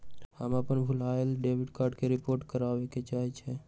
हम अपन भूलायल डेबिट कार्ड के रिपोर्ट करावे के चाहई छी